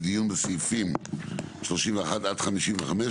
דיון בסעיפים 31 עד 55,